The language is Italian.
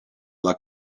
alla